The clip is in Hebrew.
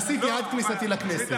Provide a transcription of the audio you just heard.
עשיתי עד כניסתי לכנסת.